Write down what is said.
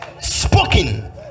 spoken